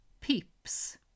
Peeps